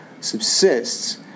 subsists